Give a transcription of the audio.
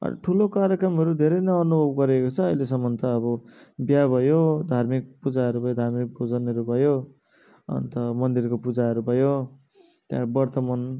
अरू ठुलो कार्यक्रमहरू धेरै नै अनुभव गरेको छ अहिलेसम्मन त अब बिहा भयो धार्मिक पूजाहरू भयो धार्मिक भजनहरू भयो अन्त मन्दिरको पूजाहरू भयो त्यहाँबाट व्रतबन्ध